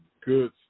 Good